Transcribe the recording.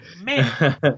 man